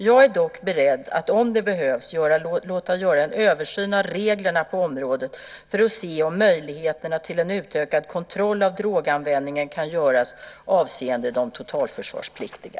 Jag är dock beredd att om det behövs låta göra en översyn av reglerna på området för att se om möjligheterna till en utökad kontroll av droganvändning kan göras avseende de totalförsvarspliktiga.